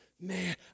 Man